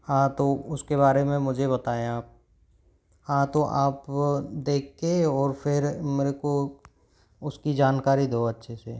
हाँ तो उसके बारे में मुझे बताएँ आप हाँ तो आप देख के और फिर मेरे को उसकी जानकारी दो अच्छे से